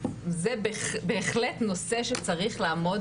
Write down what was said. זה בהחלט נושא שצריך לעמוד